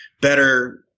better